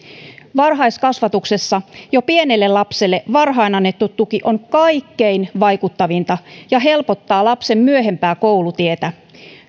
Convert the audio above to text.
varhaiskasvatuksessa jo pienelle lapselle varhain annettu tuki on kaikkein vaikuttavinta ja helpottaa lapsen myöhempää koulutietä